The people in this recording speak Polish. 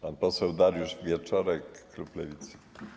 Pan poseł Dariusz Wieczorek, klub Lewicy.